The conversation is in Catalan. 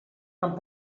amb